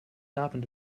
happened